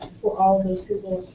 for all those google?